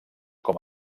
com